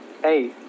hey